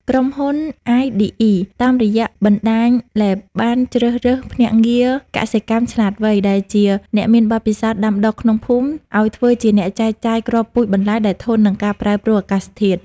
ក្រុមហ៊ុន អាយឌីអ៊ី (iDE) តាមរយៈបណ្ដាញ Leap បានជ្រើសរើស "ភ្នាក់ងារកសិកម្មឆ្លាតវៃ" ដែលជាអ្នកមានបទពិសោធន៍ដាំដុះក្នុងភូមិ ឱ្យធ្វើជាអ្នកចែកចាយគ្រាប់ពូជបន្លែដែលធន់នឹងការប្រែប្រួលអាកាសធាតុ។